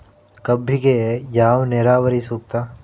ಕಬ್ಬಿಗೆ ಯಾವ ನೇರಾವರಿ ಸೂಕ್ತ?